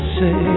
say